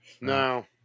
No